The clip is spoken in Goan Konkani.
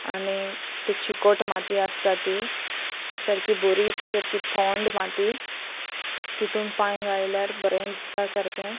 आनी ते चिकट माती आसता ती ती सारकी बोरी सारकी थंड माती तितून पांय घायल्यार बरें दिसता सारकें